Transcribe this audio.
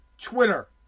Twitter